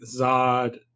Zod